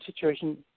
situation